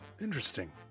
interesting